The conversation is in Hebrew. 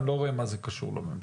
אני לא רואה מה זה קשור לממשלה,